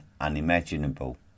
unimaginable